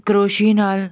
ਕਰੋਸ਼ੀਏ ਨਾਲ